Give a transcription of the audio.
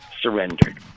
surrendered